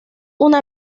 una